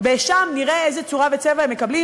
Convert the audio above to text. ושם נראה איזה צורה וצבע הם מקבלים,